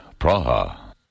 Praha